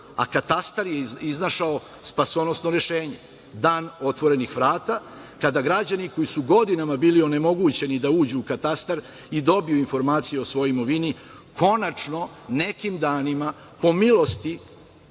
a katastar je iznašao spasonosno rešenje, dan otvorenih vrata kada građani koji su godinama bili onemogućeni da uđu u katastar i dobiju informaciju o svojoj imovini, konačno nekim danima po milosti